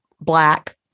black